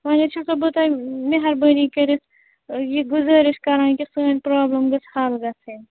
وۅنۍ حظ چھَسو بہٕ تۄہہِ مہربٲنی کٔرِتھ یہِ گُزٲرِش کَران کہِ سٲنۍ پرٛابلِم گٔژھ حل گَژھٕنۍ